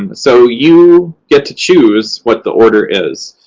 and so, you get to choose what the order is.